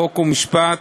חוק ומשפט,